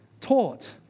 taught